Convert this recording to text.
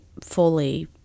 fully